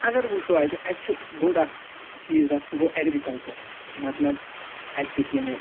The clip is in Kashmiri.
اَگر وُچھُو اَتہِ اَتہِ چھُ بوٚڈ اَکھ چیٖز اَکھ سُہ گوٚو ایٚگریٖکَلچَر مطلب اَتِکۍ یِم